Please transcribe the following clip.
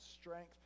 strength